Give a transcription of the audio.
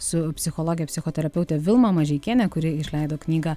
su psichologe psichoterapeute vilma mažeikiene kuri išleido knygą